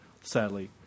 sadly